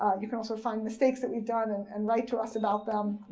ah you could also find mistakes that we've done and and write to us about them,